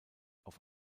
auf